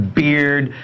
beard